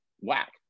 whack